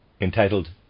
entitled